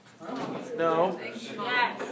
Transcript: No